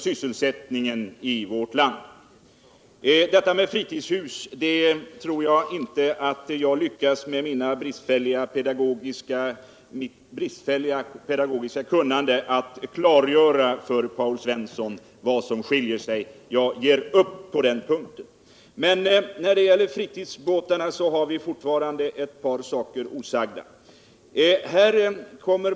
Skillnaden mellan fritidshus och fritidsbätar tror jag inte att jag med mitt bristfälliga pedagogiska kunnande lyckas klargöra för Paul Jansson. Jag ger upp på den punkten. Men när det gäller fritidsbåtarna har jag fortfarande ett par saker osagda.